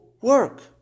work